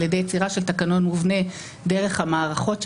ידי יצירה של תקנון מובנה דרך המערכות שלנו,